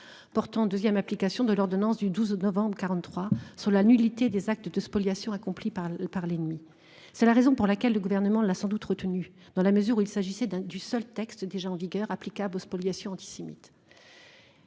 portant 2ème, application de l'ordonnance du 12 novembre 43 sur la nullité des actes de spoliation accompli par par l'ennemi, c'est la raison pour laquelle le gouvernement là sans doute retenu dans la mesure où il s'agissait d'un du seul texte déjà en vigueur applicable aux spoliations antisémites.